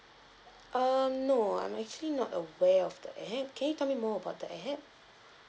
err no I'm actually not aware of the app can you tell me more about the app